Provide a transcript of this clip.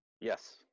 yes